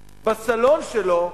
בסלון שלו,